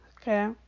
okay